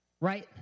Right